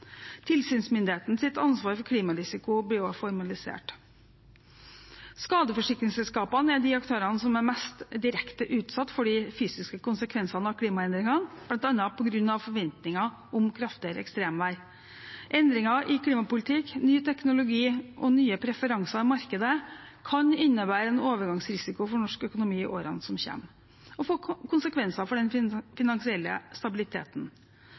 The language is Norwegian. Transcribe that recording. ansvar for klimarisiko blir også formalisert. Skadeforsikringsselskapene er de aktørene som er mest direkte utsatt for de fysiske konsekvensene av klimaendringene, bl.a. på grunn av forventningen om kraftigere ekstremvær. Endring i klimapolitikken, ny teknologi og nye preferanser i markedet kan innebære en overgangsrisiko for norsk økonomi i årene som kommer og få konsekvenser for den finansielle stabiliteten.